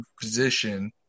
position